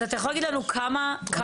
אז אתה יכול להגיד לנו כמה צריך?